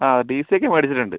ആ T C ഒക്കെ മേടിച്ചിട്ടുണ്ട്